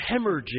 hemorrhaging